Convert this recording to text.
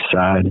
side